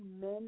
men